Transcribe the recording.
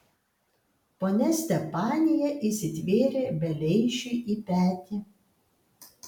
ponia stepanija įsitvėrė beleišiui į petį